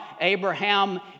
Abraham